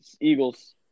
Eagles